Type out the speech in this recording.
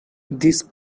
these